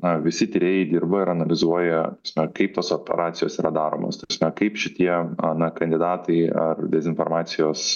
na visi tyrėjai dirba ir analizuoja ta prasme kaip tos operacijos yra daromos ta prasme kaip šitie na kandidatai ar dezinformacijos